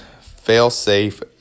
fail-safe